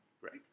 Great